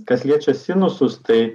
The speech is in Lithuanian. kas liečia sinusus tai